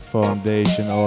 Foundation